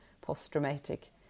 post-traumatic